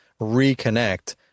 reconnect